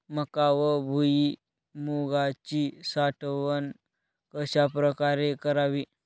मका व भुईमूगाची साठवण कशाप्रकारे करावी?